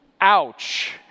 ouch